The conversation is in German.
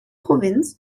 provinz